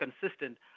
consistent